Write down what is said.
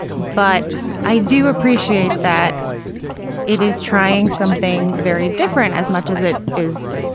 but i do appreciate that it is trying something very different as much as it is,